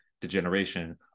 degeneration